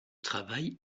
travail